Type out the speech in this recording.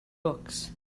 books